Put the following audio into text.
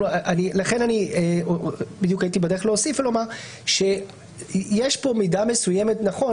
לכן בדיוק הייתי בדרך להוסיף ולומר שיש פה מידה מסוימת נכון,